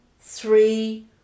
three